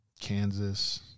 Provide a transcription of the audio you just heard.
Kansas